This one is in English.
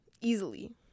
easily